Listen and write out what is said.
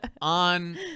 on